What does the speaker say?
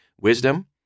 wisdom